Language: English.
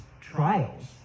trials